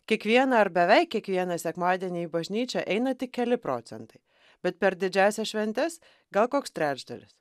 kiekvieną ar beveik kiekvieną sekmadienį į bažnyčią eina tik keli procentai bet per didžiąsias šventes gal koks trečdalis